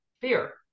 fear